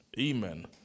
Amen